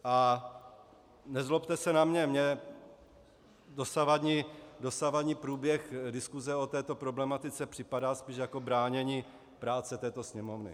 A nezlobte se na mě, mně dosavadní průběh diskuse o této problematice připadá spíš jako bránění práce této Sněmovny.